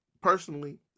personally